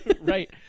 right